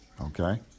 okay